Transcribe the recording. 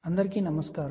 అందరికీ నమస్కారం